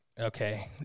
Okay